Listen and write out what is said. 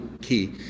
key